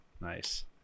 nice